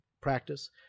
practice